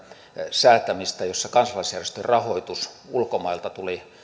säätämistä jossa kansalaisjärjestöjen rahoitus ulkomailta tuli